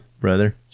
brother